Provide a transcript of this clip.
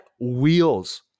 wheels